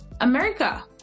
America